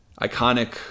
iconic